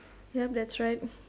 ya that's right